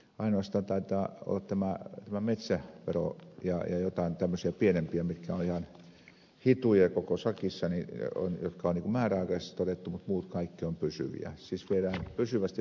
ainoastaan taitaa olla tämä metsävero ja joitain tämmöisiä pienempiä jotka ovat ihan hituja koko sakissa ja jotka on määräaikaisiksi todettu mutta muut kaikki ovat pysyviä siis viedään pysyvästi veropohjaa pois